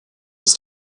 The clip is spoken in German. bis